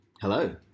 Hello